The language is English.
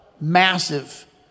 massive